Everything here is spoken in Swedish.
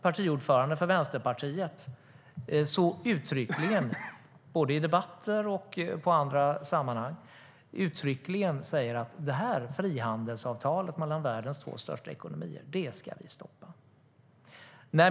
Partiordföranden för Vänsterpartiet säger uttryckligen, både i debatter och i andra sammanhang, att frihandelsavtalet mellan världens två största ekonomier ska stoppas.